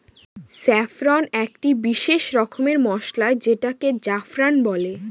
saffron একটি বিশেষ রকমের মসলা যেটাকে জাফরান বলে